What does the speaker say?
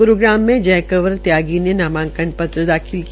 ग्रूग्राम में जय कंवर त्यागी ने नामांकन पत्र दाखिल किया